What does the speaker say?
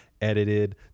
edited